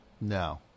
No